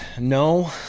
No